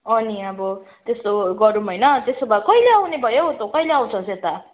अँ नि अब त्यसो गरौँ होइन त्यसो भए कहिले आउने भयो तँ कहिले आउँछस् यता